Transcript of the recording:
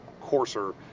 coarser